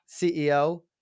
CEO